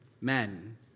Men